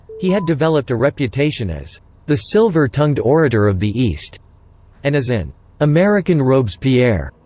he had developed a reputation as the silver tongued orator of the east and as an american robespierre.